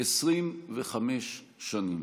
25 שנים,